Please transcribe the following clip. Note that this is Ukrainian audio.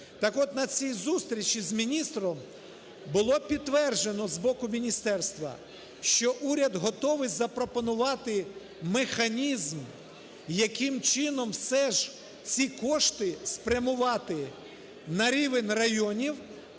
Так от, на цій зустрічі з міністром було підтверджено з боку міністерства, що уряд готовий запропонувати механізм, яким чином все ж ці кошти спрямувати на рівень районів.